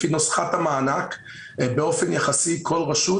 לפי נוסחת המענק כאשר באופן יחסי כל רשות